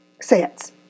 sets